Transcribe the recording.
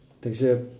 Takže